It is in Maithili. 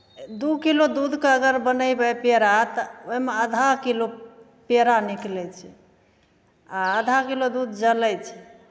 दू किलो दूधके अगर बनयबै पेड़ा तऽ ओहिमे आधा किलो पेड़ा निकलै छै आ आधा किलो दूध जड़ै छै